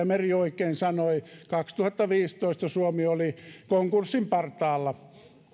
meri oikein sanoi kaksituhattaviisitoista suomi oli konkurssin partaalla